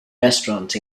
restaurant